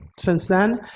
since then,